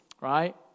Right